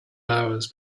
hours